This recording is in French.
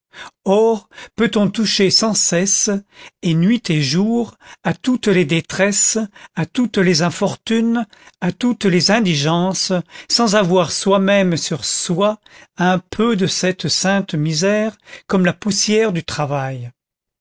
or peut-on toucher sans cesse et nuit et jour à toutes les détresses à toutes les infortunes à toutes les indigences sans avoir soi-même sur soi un peu de cette sainte misère comme la poussière du travail